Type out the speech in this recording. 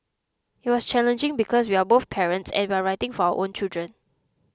it was challenging because we are both parents and we're writing for our own children